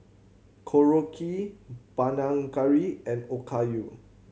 Korokke Panang Curry and Okayu